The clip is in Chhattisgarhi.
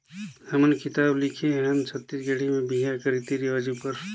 हमन किताब लिखे हन छत्तीसगढ़ी में बिहा कर रीति रिवाज उपर